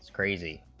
crazy,